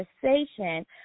conversation